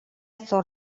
zor